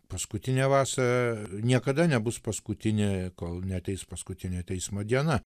paskutinę vasa niekada nebus paskutinė kol neateis paskutinio teismo diena